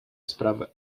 sprawę